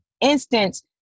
instance